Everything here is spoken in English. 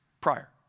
prior